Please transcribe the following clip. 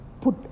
put